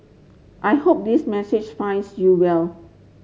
I hope this message finds you well